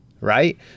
Right